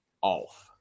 off